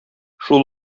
шул